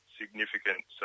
significant